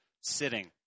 sitting